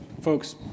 Folks